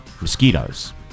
mosquitoes